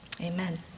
Amen